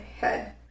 head